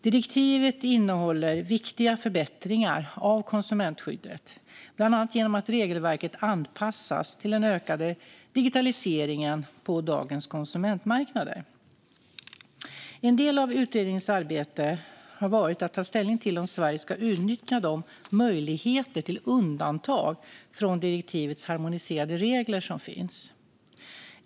Direktivet innehåller viktiga förbättringar av konsumentskyddet, bland annat genom att regelverket anpassas till den ökade digitaliseringen på dagens konsumentmarknader. En del av utredningens arbete har varit att ta ställning till om Sverige ska utnyttja de möjligheter till undantag från direktivets harmoniserade regler som finns.